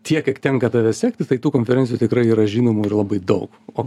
tiek kiek tenka tave sekti tai tų konferencijų tikrai yra žinomų ir labai daug o